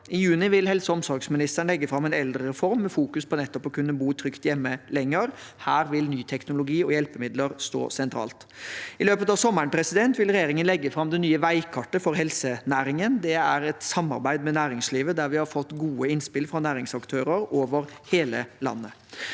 I juni vil helse- og omsorgsministeren legge fram en eldrereform med fokus på å kunne bo trygt hjemme lenger. Her vil ny teknologi og hjelpemidler stå sentralt. I løpet av sommeren vil regjeringen legge fram det nye veikartet for helsenæringen. Det er et samarbeid med næringslivet, der vi har fått gode innspill fra næringsaktører over hele landet.